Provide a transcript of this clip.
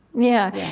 yeah.